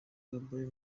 caballero